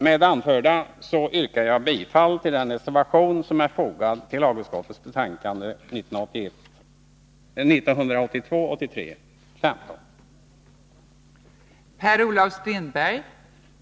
Med det anförda yrkar jag bifall till min reservation som är fogad vid lagutskottets betänkande 1982/83:15.